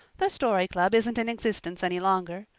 the story club isn't in existence any longer.